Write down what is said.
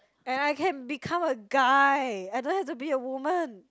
and I can become a guy I don't have to be a woman